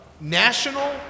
national